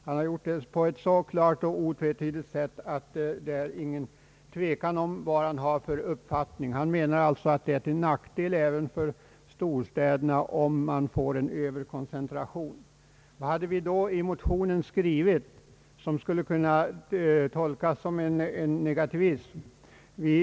Han har gjort det på ett så klart och otvetydigt sätt, att det inte råder någon tvekan om vilken uppfattning han har. Han menar att en överkoncentration är till nackdel även för storstäderna. Vad har vi då i motionen skrivit som skulle kunna tolkas som en negativism?